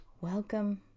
Welcome